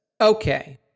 Okay